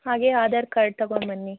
ಹಾಗೇ ಆಧಾರ್ ಕಾರ್ಡ್ ತಗೋಂಡುಬನ್ನಿ